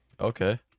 okay